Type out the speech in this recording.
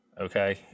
okay